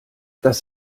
das